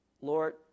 Lord